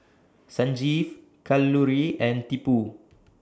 Sanjeev Kalluri and Tipu